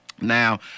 Now